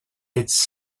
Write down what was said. its